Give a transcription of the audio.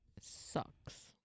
sucks